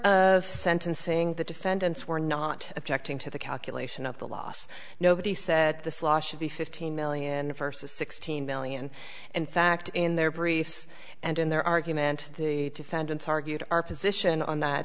of sentencing the defendants were not objecting to the calculation of the loss nobody said this law should be fifteen million vs sixteen billion in fact in their briefs and in their argument the defendants argued our position on that